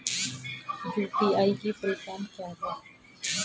UPI की full form क्या है?